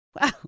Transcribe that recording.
Wow